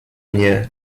mnie